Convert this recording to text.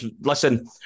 listen